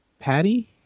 patty